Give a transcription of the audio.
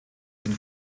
sind